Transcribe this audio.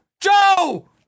Joe